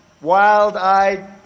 wild-eyed